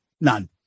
None